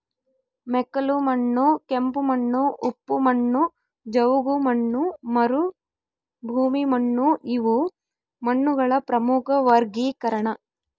ಮೆಕ್ಕಲುಮಣ್ಣು ಕೆಂಪುಮಣ್ಣು ಉಪ್ಪು ಮಣ್ಣು ಜವುಗುಮಣ್ಣು ಮರುಭೂಮಿಮಣ್ಣುಇವು ಮಣ್ಣುಗಳ ಪ್ರಮುಖ ವರ್ಗೀಕರಣ